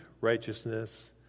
righteousness